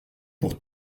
pour